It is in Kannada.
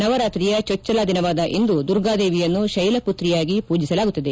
ನವರಾತ್ರಿಯ ಚೊಚ್ಚಲ ದಿನವಾದ ಇಂದು ದುರ್ಗಾದೇವಿಯನ್ನು ಶೈಲಮತ್ರಿಯಾಗಿ ಪೂಜಿಸಲಾಗುತ್ತದೆ